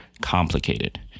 complicated